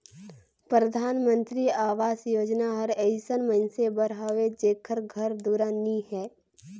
परधानमंतरी अवास योजना हर अइसन मइनसे बर हवे जेकर घर दुरा नी हे